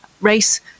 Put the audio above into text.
race